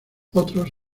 otros